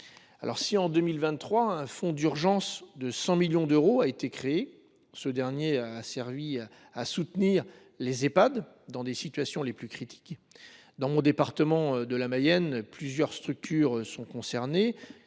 Si, en 2023, un fonds d’urgence de 100 millions d’euros a été créé, ce dernier a servi à soutenir les Ehpad dans les situations les plus critiques. Dans le département de la Mayenne, plusieurs structures relevant de